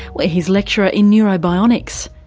where he's lecturer in neurobionics.